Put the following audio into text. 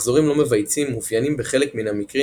מחזורים לא מבייצים מאופיינים בחלק מן המקרים